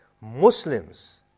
Muslims